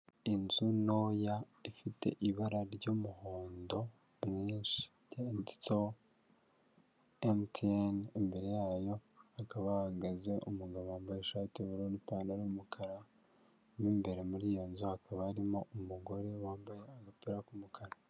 Inzu ntoya ifite ibara ry'umuhondo mwinyinshi yanditseho MTN imbere yayo hakaba hahagaze umugabo wambaye ishati y'ubururu n'ipantaro y'umukara n'imbere muri iyo nzu hakaba harimo umugore wambaye agapira k'umukara.